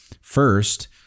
first